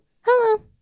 Hello